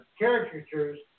caricatures